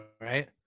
right